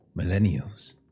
millennials